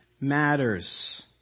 matters